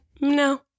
no